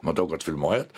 matau kad filmuojat